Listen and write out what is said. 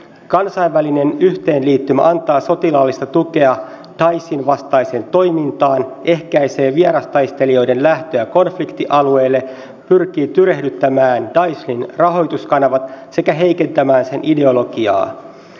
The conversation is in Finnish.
kansainvälinen yhteenliittymä antaa sotilaallista tukea daeshin vastaiseen toimintaan ehkäisee vierastaistelijoiden lähtöä konfliktialueelle pyrkii tyrehdyttämään daeshin rahoituskanavat sekä heikentämään sen ideologiaa